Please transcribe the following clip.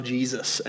Jesus